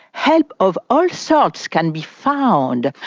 help of all sorts can be found.